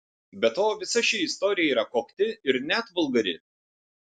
be to visa ši istorija yra kokti ir net vulgari